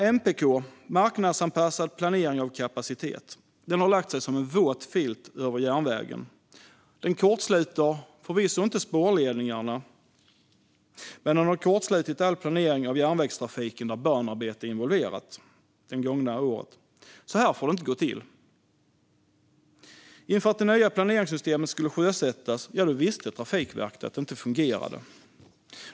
Systemet för marknadsanpassad planering av kapacitet, MPK, har lagt sig som en våt filt över järnvägen. Det kortsluter förvisso inte spårledningarna, men det har under det gångna året kortslutit all planering av järnvägstrafiken där banarbete är involverat. Så här får det inte gå till. Inför att det nya planeringssystemet skulle sjösättas visste Trafikverket att det inte fungerade.